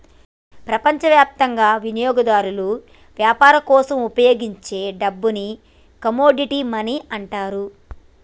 ప్రపంచవ్యాప్తంగా వినియోగదారులు వ్యాపారం కోసం ఉపయోగించే డబ్బుని కమోడిటీ మనీ అంటారు